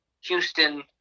Houston